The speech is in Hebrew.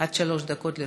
עד שלוש דקות לרשותך.